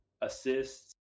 assists